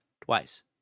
twice